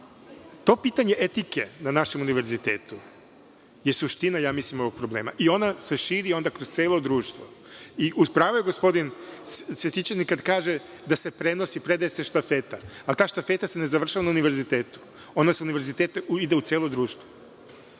to pitanje etike na našem univerzitetu mislim da je suština ovog problema i ona se širi kroz celo društvo. U pravu je gospodin Cvetićanin kada kaže da se prenosi i predaje se štafeta, ali ta štafeta se ne završava na univerzitetu. Ona sa univerziteta ide u celo društvo.